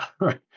right